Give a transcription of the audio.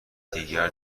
دیگر